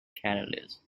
catalysts